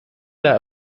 der